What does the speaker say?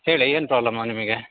ಹೇಳಿ ಏನು ಪ್ರಾಬ್ಲಮ್ಮು ನಿಮಗೆ